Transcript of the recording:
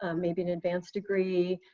um maybe an advanced degree,